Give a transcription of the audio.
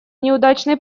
неудачной